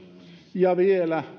ja vielä